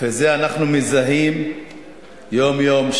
זה אנחנו מזהים יום-יום,